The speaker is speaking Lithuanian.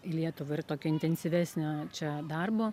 į lietuvą ir tokio intensyvesnio čia darbo